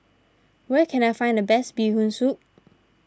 where can I find the best Bee Hoon Soup